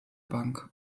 bank